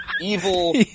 evil